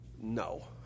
No